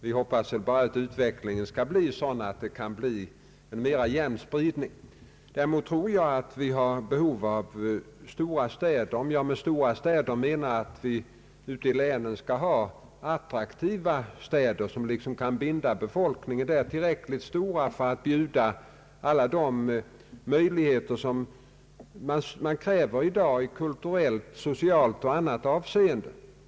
Vi hoppas dock att utvecklingen skall visa en mera jämn spridning. Däremot tror jag att vi behöver stora städer, det vill säga att man ute i länen skall ha attraktiva städer, tillräckligt stora för att binda befolkningen där och för att bjuda alla de möjligheter som i dag krävs i kulturellt, socialt och annat avseende.